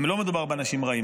לא מדובר באנשים רעים.